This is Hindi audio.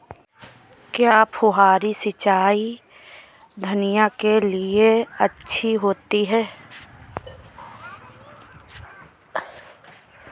क्या फुहारी सिंचाई धनिया के लिए अच्छी होती है?